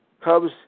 Cubs